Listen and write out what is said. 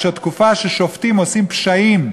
בתקופה ששופטים עושים פשעים,